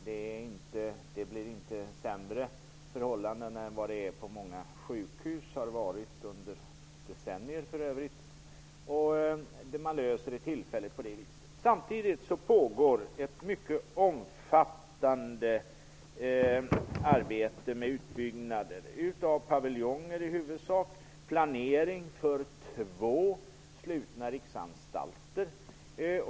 Förhållandena blir därmed inte sämre jämfört med hur det på många sjukhus är -- och för övrigt i decennier har varit. På nämnda vis kan man alltså tillfälligt lösa problemen med överbeläggning. Samtidigt pågår ett mycket omfattande arbete med utbyggnader huvudsakligen av paviljonger. Dessutom planeras två slutna riksanstalter.